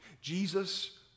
Jesus